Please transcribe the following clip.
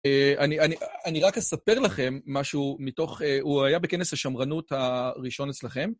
אני רק אספר לכם משהו מתוך, הוא היה בכנס השמרנות הראשון אצלכם.